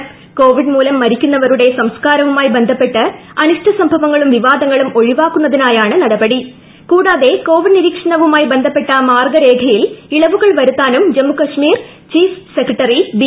ക്യോന്ദ്രിഡ് മൂലം മരിക്കുന്നവരുടെ സംസ്ക്കാരവുമായി ബന്ധപ്പെട്ട് അന്നീഷ്ട്ടസംഭവങ്ങളും വിവാദങ്ങളും ഒഴിവാക്കുന്നതിനായാണ് നിരീക്ഷണവുമായി ബന്ധ്യപ്പെട്ട മാർഗ്ഗരേഖയിൽ ഇളവുകൾ വരുത്താനും ജമ്മുകശ്മീർ ചീഫ്സെക്രട്ടറി ബി